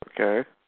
Okay